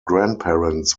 grandparents